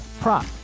prop